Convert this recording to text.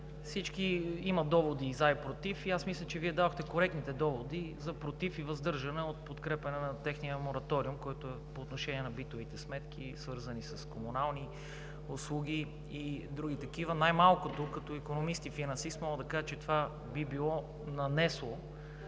Всички имат доводи – и за, и против. Мисля, че Вие дадохте коректните доводи относно против и въздържане от подкрепяне на техния мораториум, който е по отношение на битовите сметки, свързани с комунални услуги и други такива. Най-малкото като икономист и финансист мога да кажа, че това би нанесло,